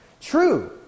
True